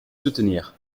soutenir